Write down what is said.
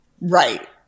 Right